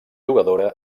jugadora